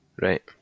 right